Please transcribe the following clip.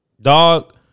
Dog